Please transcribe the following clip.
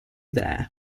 there